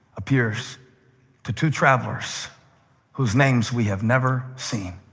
appears to two travelers whose names we have never seen.